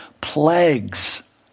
plagues